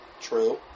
true